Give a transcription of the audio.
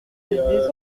des